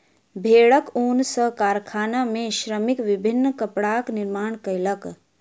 भेड़क ऊन सॅ कारखाना में श्रमिक विभिन्न कपड़ाक निर्माण कयलक